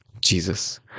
Jesus